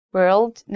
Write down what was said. World